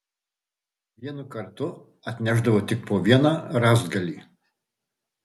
vienu kartu atnešdavo tik po vieną rąstgalį